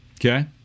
Okay